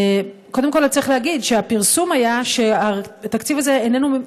קודם כול צריך להגיד שהפרסום היה שהתקציב הזה איננו,